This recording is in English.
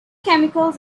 chemicals